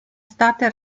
state